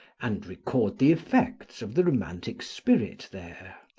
and record the effects of the romantic spirit there,